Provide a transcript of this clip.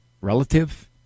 relative